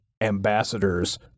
ambassadors